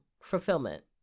fulfillment